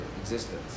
existence